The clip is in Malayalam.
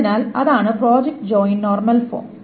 അതിനാൽ അതാണ് പ്രോജക്റ്റ് ജോയിൻ നോർമൽ ഫോം